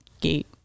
gate